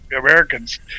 Americans